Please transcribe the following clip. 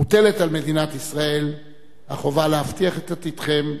מוטלת על מדינת ישראל החובה להבטיח את עתידכם,